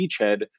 beachhead